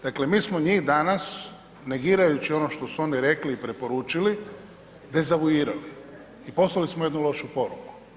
Dakle mi smo njih danas negirajući ono što su oni rekli i preporučili dezavuirali i poslali smo jednu lošu poruku.